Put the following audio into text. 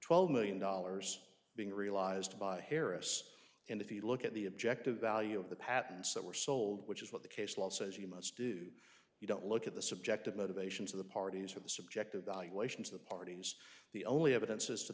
twelve million dollars being realized by harris and if you look at the objective value of the patents that were sold which is what the case law says you must do you don't look at the subjective motivations of the parties or the subjective valuations of the parties the only evidence as to